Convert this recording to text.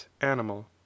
animal